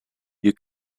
you